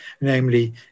namely